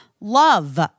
love